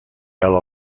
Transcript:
vel